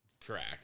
Correct